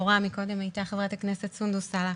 מורה, קודם הייתה כאן חברת הכנסת סונדוס סאלח,